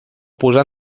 posar